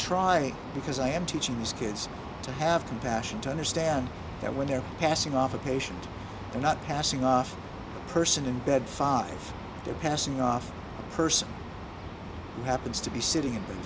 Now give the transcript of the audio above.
try because i am teaching these kids to have compassion to understand that when they're passing off a patient or not passing off person in bed five they're passing off a person who happens to be sitting